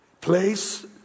place